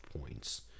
points